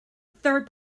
third